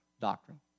doctrine